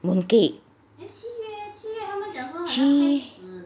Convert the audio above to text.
mooncake 七